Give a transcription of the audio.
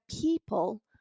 people